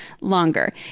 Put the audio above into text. longer